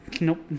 Nope